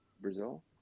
Brazil